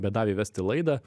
bet davė vesti laidą